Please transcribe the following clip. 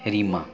Rima